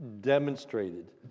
demonstrated